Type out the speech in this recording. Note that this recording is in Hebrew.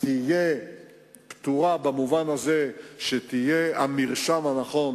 תהיה פתורה במובן הזה שיהיה המרשם הנכון